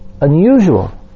unusual